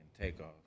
Takeoff